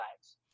lives